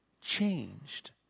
changed